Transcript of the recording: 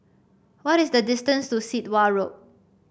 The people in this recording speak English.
what is the distance to Sit Wah Road